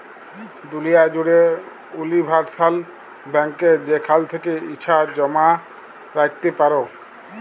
দুলিয়া জ্যুড়ে উলিভারসাল ব্যাংকে যেখাল থ্যাকে ইছা জমা রাইখতে পারো